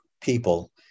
people